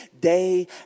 day